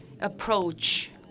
approach